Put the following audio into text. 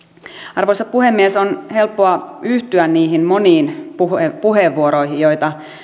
arvoisa puhemies on helppoa yhtyä niihin moniin puheenvuoroihin joita